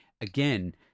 again